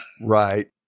Right